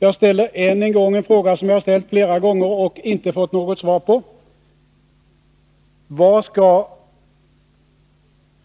Jag ställer än en gång en fråga som jag har ställt flera gånger och inte fått något svar på: Vad skall